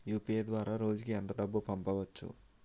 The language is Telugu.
యు.పి.ఐ ద్వారా రోజుకి ఎంత డబ్బు పంపవచ్చు?